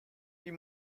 die